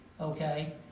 okay